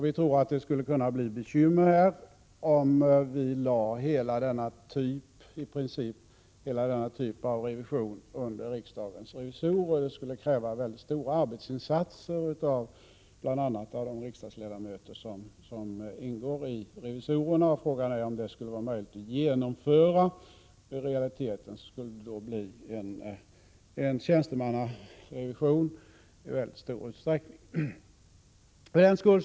Vi tror att det skulle kunna bli bekymmer, om vi i princip lade hela denna typ av revision under riksdagens revisorer. Det skulle kräva mycket stora arbetsinsatser, bl.a. av de riksdagsledamöter som ingår i riksdagsrevisorerna. Frågan är om det skulle vara möjligt att genomföra. I realiteten skulle det i så fall i stor utsträckning bli en tjänstemannarevision.